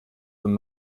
von